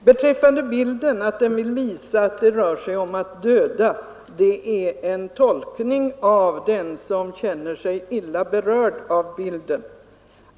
Herr talman! Om man säger att bilden vill visa att det rör sig om att döda är det en tolkning av den som känner sig illa berörd av bilden.